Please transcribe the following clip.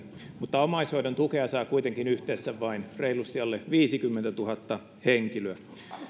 mutta omaishoidon tukea saa kuitenkin yhteensä vain reilusti alle viisikymmentätuhatta henkilöä